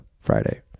Friday